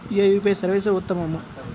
ఏ UPI service ఉత్తమము?